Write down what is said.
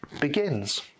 begins